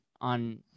on